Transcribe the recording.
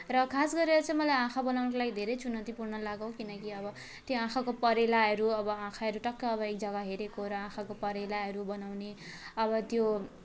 खास गरेर चाहिँ मलाई आँखा बनाउनको लागि धेरै चुनौतीपूर्ण लाग्यो किनकि अब त्यहाँ आँखाको परेलाहरू अब आँखाहरू टक्क अब एक जग्गा हेरेको र आँखाको परेलाहरू बनाउने अब त्यो